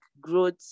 growth